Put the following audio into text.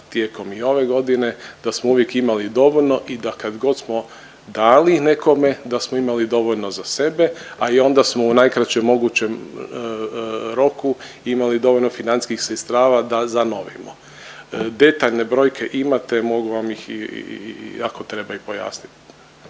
tijekom i ove godine da smo uvijek imali dovoljno i da kad god smo dali nekome, da smo imali dovoljno za sebe, a i onda smo u najkraćem mogućem roku imali dovoljno financijskih sredstava da zanovimo. Detaljne brojke imate, mogu vam ih i, i, i ako treba i pojasnit.